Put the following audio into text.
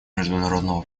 международного